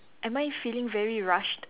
am I feeling very rushed